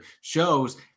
shows